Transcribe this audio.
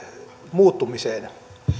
muuttumiseen